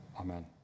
Amen